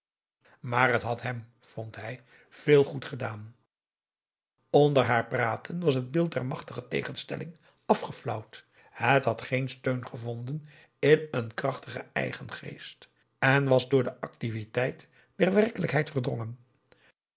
maar het had hem vond hij veel goed gedaan onder haar praten was het beeld der machtige tegenstelling afgeflauwd het had geen aum boe akar eel steun gevonden in een krachtigen eigen geest en was door de activiteit der werkelijkheid